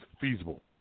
feasible